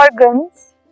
organs